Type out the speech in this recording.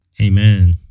Amen